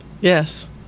Yes